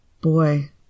Boy